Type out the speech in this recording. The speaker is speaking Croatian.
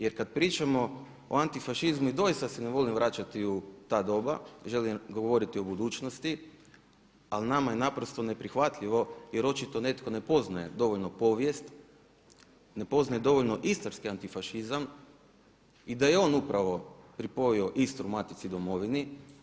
Jer kad pričamo o antifašizmu i doista se ne volim vraćati u ta doba, želim govoriti o budućnosti ali nama je naprosto neprihvatljivo jer očito netko ne poznaje dovoljno povijest, ne poznaje dovoljno istarski antifašizam i da je on upravo pripojio Istru matici domovinu.